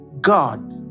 God